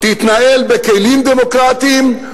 תתנהל בכלים דמוקרטיים,